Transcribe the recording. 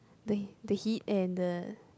the the heat and the